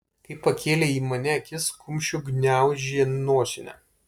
kai pakėlė į mane akis kumščiu gniaužė nosinę